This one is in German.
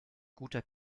guter